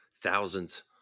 Thousands